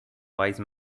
wise